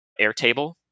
Airtable